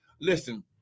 listen